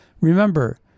Remember